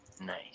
Nice